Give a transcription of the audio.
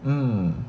um